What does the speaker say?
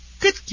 good